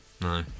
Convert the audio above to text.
no